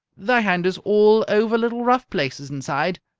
thy hand is all over little rough places inside.